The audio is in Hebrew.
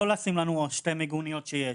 לא לשים לנו את שתי המיגוניות שיש,